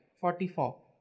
forty-four